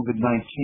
COVID-19